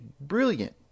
brilliant